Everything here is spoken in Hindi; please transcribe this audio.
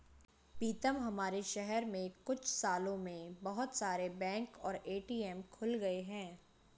पीतम हमारे शहर में कुछ सालों में बहुत सारे बैंक और ए.टी.एम खुल गए हैं